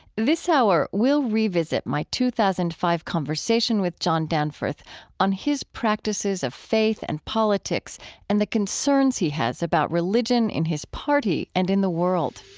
this hour, we'll revisit my two thousand five conversation with john danforth on his practices of faith and politics and the concerns he has about religion in his party and in the world